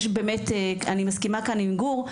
אני מסכימה כאן עם גור,